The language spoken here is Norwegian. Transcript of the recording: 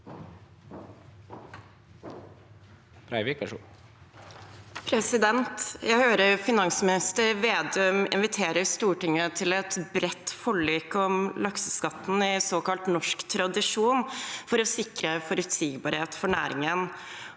Jeg hører finansminister Vedum invitere Stortinget til et bredt forlik om lakseskatten i såkalt norsk tradisjon for å sikre forutsigbarhet for næringen.